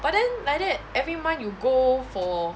but then like that every month you go for